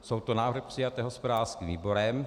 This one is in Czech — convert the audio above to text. Jsou to návrhy přijaté hospodářským výborem.